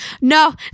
no